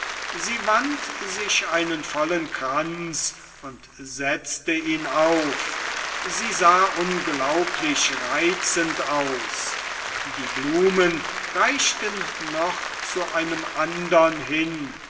sie wand sich einen vollen kranz und setzte ihn auf sie sah unglaublich reizend aus die blumen reichten noch zu einem andern hin